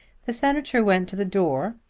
the senator went to the door,